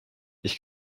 ich